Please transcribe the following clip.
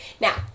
Now